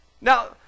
Now